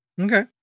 Okay